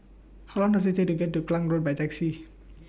How Long Does IT Take to get to Klang Road By Taxi